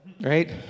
right